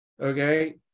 okay